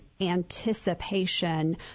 anticipation